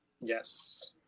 yes